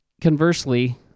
conversely